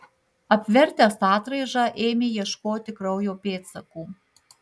apvertęs atraižą ėmė ieškoti kraujo pėdsakų